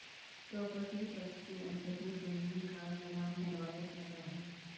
property tax के अन्तर्गत जमीन का लगान भरवाया जाता है